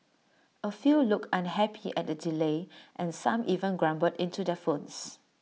A few looked unhappy at the delay and some even grumbled into their phones